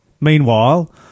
Meanwhile